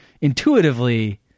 intuitively